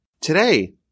today